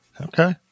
Okay